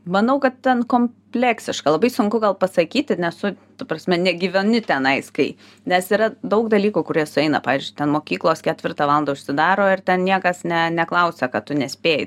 manau kad ten kompleksiška labai sunku gal pasakyti nesu ta prasme negyveni tenais kai nes yra daug dalykų kurie sueina pavyzdžiui ten mokyklos ketvirtą valandą užsidaro ir ten niekas ne neklausia kad tu nespėji